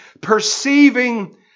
perceiving